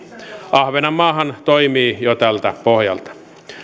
ahvenanmaahan toimii jo tältä pohjalta